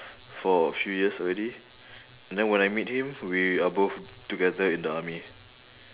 for a few years already then when I meet him we are both together in the army